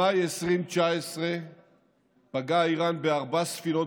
במאי 2019 פגעה איראן בארבע ספינות